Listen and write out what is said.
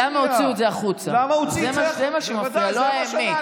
למה הוציאו את זה החוצה, זה מה שמפריע, לא האמת.